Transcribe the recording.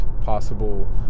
possible